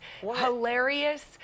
hilarious